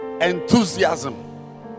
enthusiasm